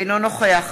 אינו נוכח